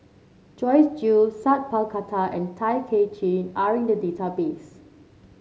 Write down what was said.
Joyce Jue Sat Pal Khattar and Tay Kay Chin are in the database